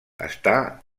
està